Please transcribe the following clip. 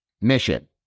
mission